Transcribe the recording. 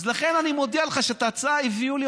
אז לכן אני מודיע לך שאת ההצעה הביאו לי,